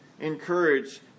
encourage